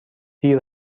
دیر